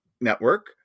network